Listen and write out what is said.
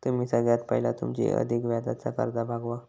तुम्ही सगळ्यात पयला तुमची अधिक व्याजाची कर्जा भागवा